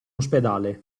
ospedale